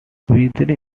weathering